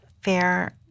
fair